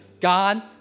god